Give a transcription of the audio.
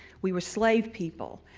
we were slave people,